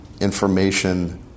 information